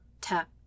Tap